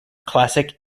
classic